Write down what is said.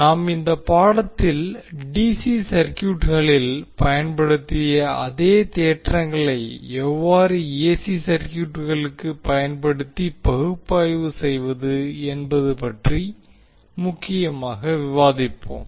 நாம் இந்த பாடத்தில் டிசி சர்குயூட்களில் பயன்படுத்திய அதே தேற்றங்களை எவ்வாறு ஏசி சர்குயூட்களுக்கு பயன்படுத்தி பகுப்பாய்வு செய்வது என்பது பற்றி முக்கியமாக விவாதிப்போம்